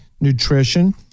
nutrition